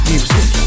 Music